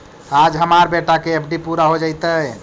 आज हमार बेटा के एफ.डी पूरा हो जयतई